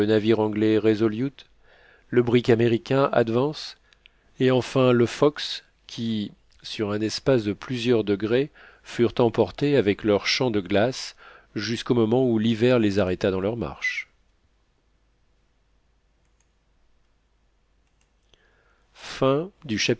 navire anglais resolute le brick américain advance et enfin le fox qui sur un espace de plusieurs degrés furent emportés avec leurs champs de glace jusqu'au moment où l'hiver les arrêta dans leur marche